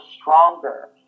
stronger